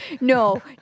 no